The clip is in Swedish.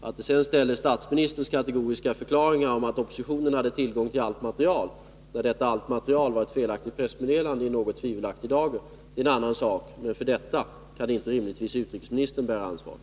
Att detta sedan ställer statsministerns kategoriska förklaringar om att oppositionen hade tillgång till allt material, då detta allt material var ett felaktigt pressmeddelande, i något tvivelaktig dager är en annan sak. För detta kan inte rimligtvis utrikesministern bära ansvaret.